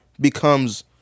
becomes